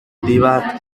tibet